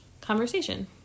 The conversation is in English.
conversation